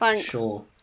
sure